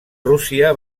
rússia